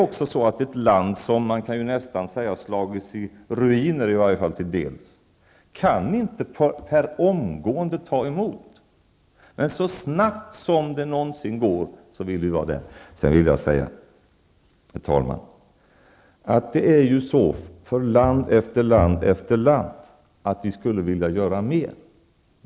Ett land som man kan säga har slagits i ruiner, i varje fall till dels, kan inte ta emot hjälpen per omgående, men så snabbt som det någonsin går vill vi vara där. Sedan vill jag säga att för land efter land efter land skulle vi vilja göra mer.